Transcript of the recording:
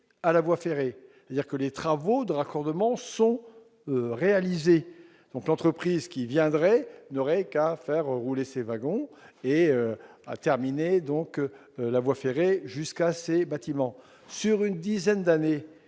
à la voie ferrée. Les travaux de raccordement sont réalisés, et l'entreprise qui s'installerait là n'aurait qu'à faire rouler ses wagons et à terminer la voie ferrée jusqu'à ses bâtiments. Or, en une dizaine d'années,